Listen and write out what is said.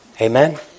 Amen